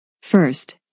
First